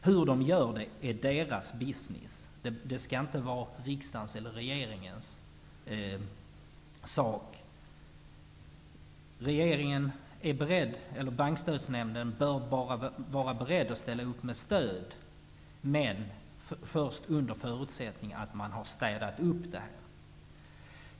Hur de gör är deras ''business''. Det skall inte vara riksdagens eller regeringens sak. Bankstödsnämnden bör vara beredd att ställa upp med stöd. Men det skall vara under förutsättning att bankerna har städat upp efter sig.